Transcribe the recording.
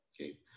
okay